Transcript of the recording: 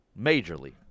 Majorly